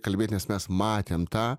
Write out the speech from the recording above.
kalbėt nes mes matėm tą